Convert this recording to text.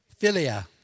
Philia